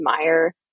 admire